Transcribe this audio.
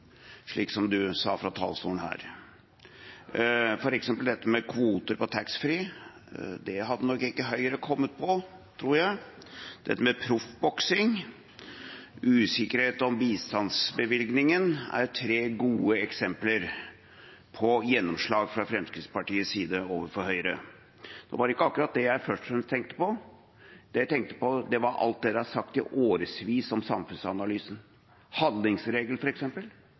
slik representanten sa fra talerstolen her. For eksempel dette med kvoter på taxfree hadde nok ikke Høyre kommet på, tror jeg, og også dette med proffboksing og usikkerhet om bistandsbevilgninga. Dette er tre gode eksempler på gjennomslag fra Fremskrittspartiets side overfor Høyre. Det var ikke akkurat det jeg først og fremst tenkte på. Det jeg tenkte på, var alt de har sagt i årevis om samfunnsanalysen